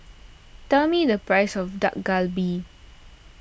tell me the price of Dak Galbi